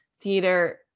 theater